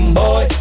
boy